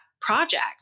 project